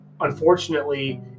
unfortunately